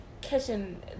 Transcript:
catching